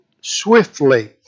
swiftly